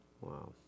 Wow